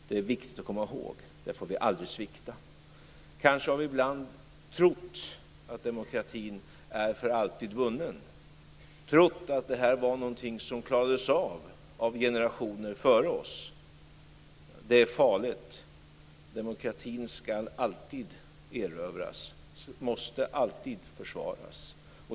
Det är viktigt att komma ihåg. Där får vi aldrig svikta. Kanske har vi ibland trott att demokratin är för alltid vunnen och att det var någonting som klarades av av generationer före oss. Det är farligt. Demokratin ska alltid erövras och måste alltid försvaras.